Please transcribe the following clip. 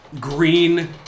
green